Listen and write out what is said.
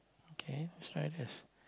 okay try this